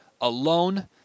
alone